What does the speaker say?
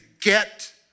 get